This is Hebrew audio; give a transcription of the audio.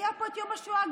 היה פה יום השואה.